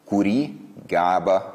kurį geba